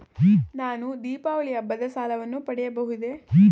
ನಾನು ದೀಪಾವಳಿ ಹಬ್ಬದ ಸಾಲವನ್ನು ಪಡೆಯಬಹುದೇ?